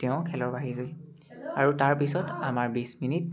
তেওঁ খেলৰ বাহিৰ হ'ল আৰু তাৰপিছত আমাৰ বিছ মিনিট